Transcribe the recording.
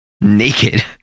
naked